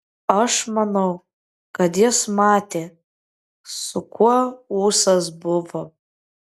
aš manau kad jis matė su kuo ūsas buvo